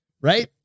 Right